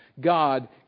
God